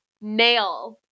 nail